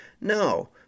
No